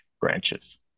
branches